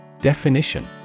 Definition